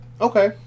Okay